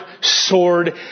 sword